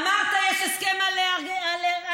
אמרת: יש הסכם על חיפה.